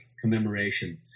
Commemoration